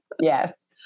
Yes